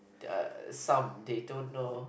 they are some they don't know